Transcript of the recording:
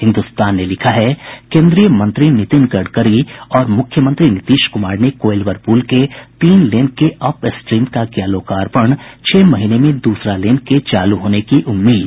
हिन्दुस्तान ने लिखा है केन्द्रीय मंत्री नितिन गडकरी और मुख्यमंत्री नीतीश कुमार ने कोइलवर पुल के तीन लेन के अप स्ट्रीम का किया लोकार्पण छह महीने में दूसरा लेन के चालू होने की उम्मीद